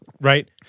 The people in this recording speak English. right